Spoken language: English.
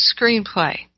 screenplay